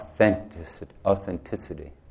authenticity